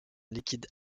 liquide